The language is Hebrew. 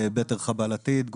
בתר חבלתית.